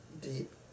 deep